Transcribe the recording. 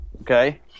Okay